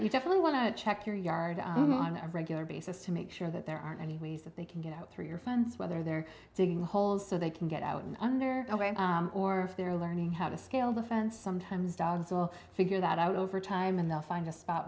you definitely want to check your yard on a regular basis to make sure that there aren't any ways that they can get out through your fence whether they're digging holes so they can get out and under or if they're learning how to scale the fence sometimes dogs will figure that out over time and they'll find a spot